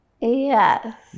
Yes